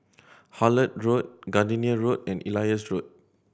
Hullet Road Gardenia Road and Elias Road